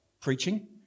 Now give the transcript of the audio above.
preaching